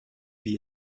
wie